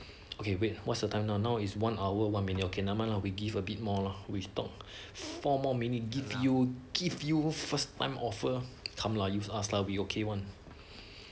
okay wait what's the time now now is one hour one minute okay never mind lah we give a bit more lah we talk four more minute give you give you first time offer come lah just ask lah we okay one